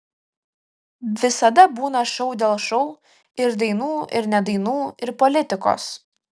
visada būna šou dėl šou ir dainų ir ne dainų ir politikos